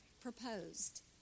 proposed